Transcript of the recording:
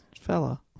Fella